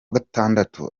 gatandatu